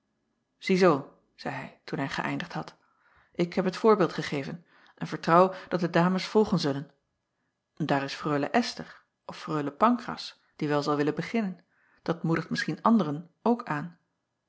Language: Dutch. zeî hij toen hij geëindigd had ik heb het voorbeeld gegeven en vertrouw dat de ames volgen zullen daar is reule sther of reule ancras die wel zal willen beginnen dat moedigt misschien anderen ook aan